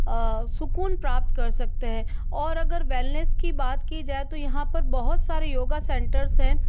सुकून प्राप्त कर सकते हैं और अगर वैलनेस की बात की जाए तो यहाँ पर बहुत सारी योग सेंटर्स हैं